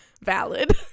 valid